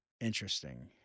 interesting